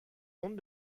honte